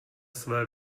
své